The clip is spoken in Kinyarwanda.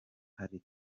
hari